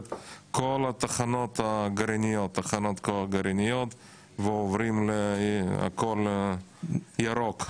את כל תחנות הכוח הגרעיניות ועוברים להכל ירוק,